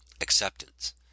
Acceptance